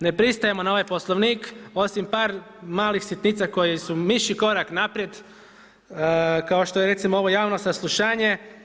Ne pristajemo na ovaj Poslovnik osim par malih sitnica koji su mišji korak naprijed kao što je recimo ovo javno saslušanje.